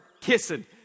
kissing